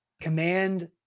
Command